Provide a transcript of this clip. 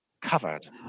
covered